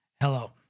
hello